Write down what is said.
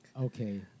Okay